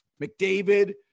McDavid